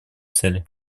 цели